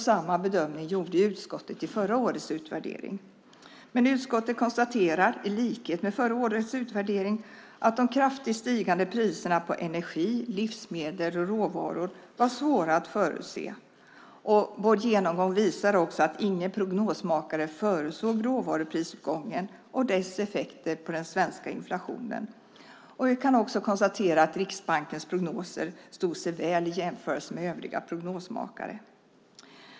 Samma bedömning gjorde utskottet i förra årets utvärdering. Utskottet konstaterar, i likhet med i förra årets utvärdering, att de kraftigt stigande priserna på energi, livsmedel och råvaror var svåra att förutse. Vår genomgång visar också att ingen prognosmakare förutsåg råvaruprisuppgången och dess effekter på den svenska inflationen. Vi kan också konstatera att Riksbankens prognoser stod sig väl i jämförelse med övriga prognosmakares.